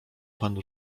panu